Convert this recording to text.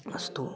अस्तु